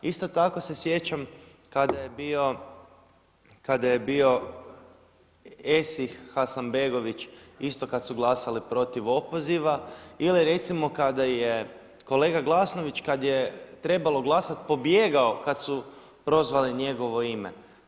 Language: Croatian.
Isto tako se sjećam kada je bio Esih, Hasanbegović isto kada su glasali protiv opoziva ili recimo kada je kolega Glasnović kada je trebalo glasat pobjegao kada su prozvali njegovo ime.